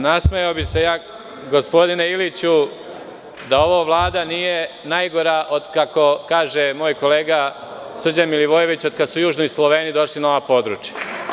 Nasmejao bih se ja, gospodine Iliću, da ova vlada nije najgora od kad su, kako kaže moj kolega Srđan Milivojević, južni Sloveni došli na ova područja.